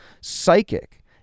psychic